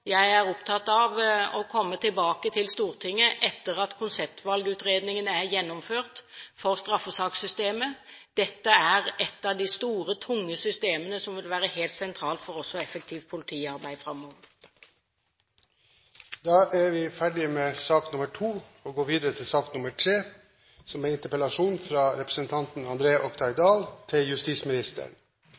jeg er opptatt av å komme tilbake til Stortinget etter at konseptvalgutredningen er gjennomført for straffesakssystemet. Dette er et av de store, tunge systemene som vil være helt sentralt for effektivt politiarbeid framover. Dermed er debatten i sak nr. 2 avsluttet. Når vi diskuterer justisbudsjettene generelt og